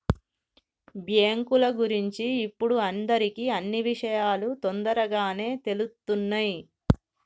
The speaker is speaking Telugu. బ్యేంకుల గురించి ఇప్పుడు అందరికీ అన్నీ విషయాలూ తొందరగానే తెలుత్తున్నయ్